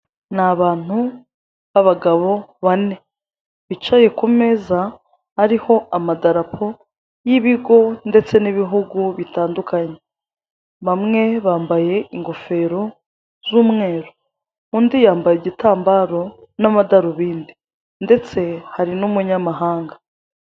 Ni abantu b'abagabo nabe, bicaye ku meza ariho amadarapo y'ibigo ndetse n'ibihugu bitandukanye. Bamwe bambaye ingofero z'umweru, undi yambaye igitambaro n'amadarubindi, ndetse hari n'umunyamahanga.